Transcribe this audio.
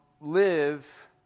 live